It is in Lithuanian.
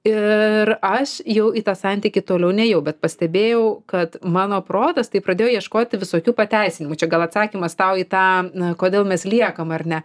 ir aš jau į tą santykį toliau nėjau bet pastebėjau kad mano protas tai pradėjo ieškoti visokių pateisinimų čia gal atsakymas tau į tą na kodėl mes liekam ar ne